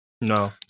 No